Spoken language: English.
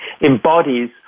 embodies